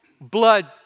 blood